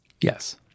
Yes